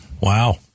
Wow